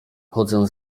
chodzę